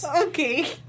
Okay